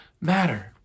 matter